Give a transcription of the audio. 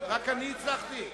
רק אני הצלחתי להצביע?